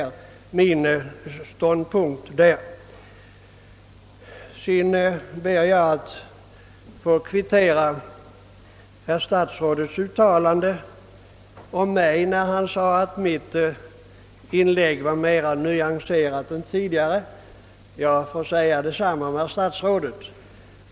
Sedan ber jag att som svar på statsrådets uttalande att mitt inlägg var mera nyanserat än tidigare få säga detsamma om statsrådets uttalande.